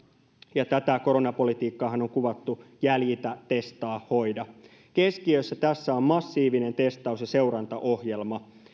ja tätä koronapolitiikkaahan on kuvattu jäljitä testaa hoida politiikaksi keskiössä tässä on massiivinen testaus ja seurantaohjelma